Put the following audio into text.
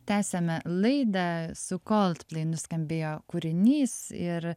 tęsiame laida su coldplay nuskambėjo kūrinys ir